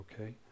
Okay